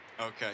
Okay